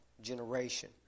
generation